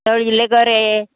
तळिल्ले गरे